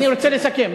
אני רוצה לסכם.